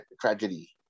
tragedy